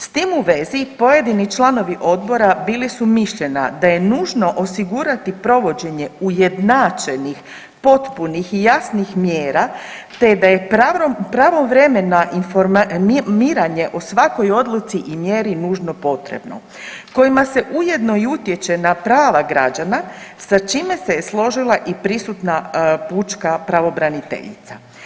S tim u vezi pojedini članovi odbora bili su mišljenja da je nužno osigurati provođenje ujednačenih, potpunih i jasnih mjera, te da je pravovremeno informiranje o svakoj odluci i mjeri nužno potrebno, kojima se ujedno i utječe na prava građana sa čime se je složila i prisutna pučka pravobraniteljica.